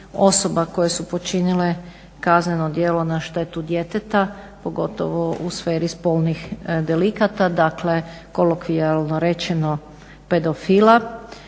osoba koje su počinile kazneno djelo na štetu djeteta, pogotovo u sferi spolnih delikata, dakle kolokvijalno rečeno pedofila